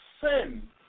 sin